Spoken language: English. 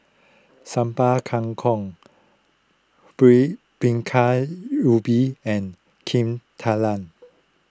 Sambal Kangkong Bingka Ubi and Kuih Talam